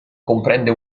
comprende